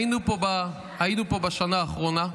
היינו פה בשנה האחרונה,